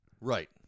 Right